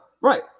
right